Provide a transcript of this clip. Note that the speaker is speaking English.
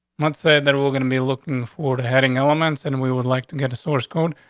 let's say that we're gonna be looking for the heading elements and we would like to get a source code.